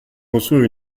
construire